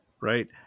right